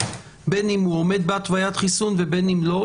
בין אם הוא עומד בהתוויית חיסון ובין אם לא,